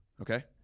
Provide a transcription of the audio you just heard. okay